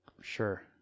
Sure